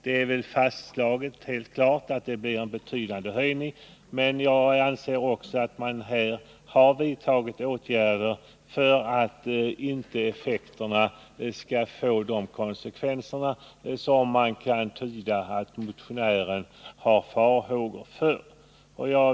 Det är dock fastslaget att det blir en betydande höjning, men jag anser att man här har vidtagit åtgärder för att effekterna inte skall få de konsekvenser som motionären har farhågor för.